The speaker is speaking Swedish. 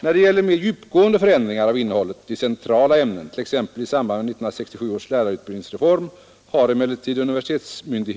När det gällt mer djupgående förändringar av innehållet i centrala ämnen, t.ex. i samband med 1967 års lärarutbildningsreform, har emellertid universitetsmyndig